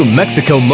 Mexico